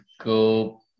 go